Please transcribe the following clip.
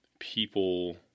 People